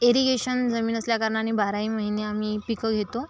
irrigation जमीन असल्याकारणाने बाराही महीने आम्ही पिकं घेतो